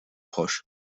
proche